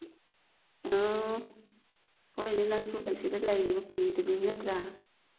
ꯑꯣ ꯍꯣꯏꯅꯦ ꯅꯪꯁꯨ ꯑꯁꯤꯗ ꯂꯩꯔꯤꯕ ꯀꯨꯏꯗ꯭ꯔꯤ ꯅꯠꯇ꯭ꯔꯥ